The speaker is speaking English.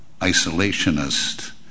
isolationist